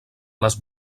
les